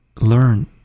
Learn